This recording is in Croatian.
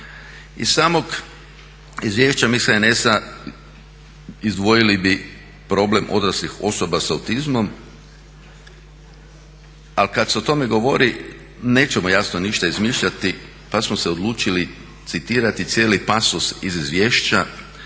Iz samog izvješća mi iz HNS-a izdvojili bi problem odraslih osoba s autizmom, ali kad se o tome govori nećemo jasno ništa izmišljati pa smo se odlučili citirati cijeli pasus iz izvješća